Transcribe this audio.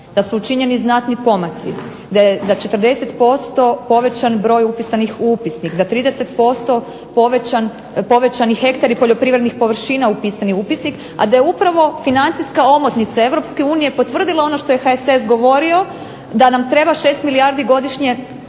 da su učinjeni znatni pomaci, da je za 40% povećan broj upisanih u upisnik, za 30% povećani hektari poljoprivrednih površina upisanih u upisnik, a da je upravo financijska omotnica Europske unije potvrdila ono što je HSS govorio, da nam treba 6 milijardi godišnje